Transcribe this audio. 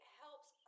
helps